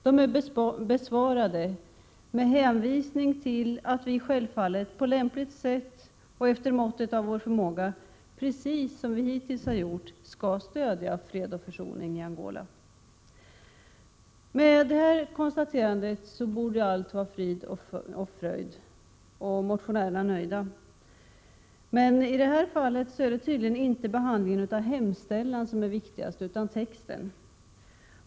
De är besvarade med hänvisning till att vi självfallet — på lämpligt sätt och efter måttet av vår förmåga — precis som vi hittills har gjort, skall stödja fred och försoning i Angola. Med detta konstaterande borde allt vara frid och fröjd och motionärerna nöjda. Men i det här fallet är det tydligen inte behandlingen av hemställan som är viktigast, utan texten.